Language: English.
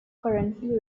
currently